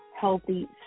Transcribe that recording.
healthy